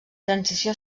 transició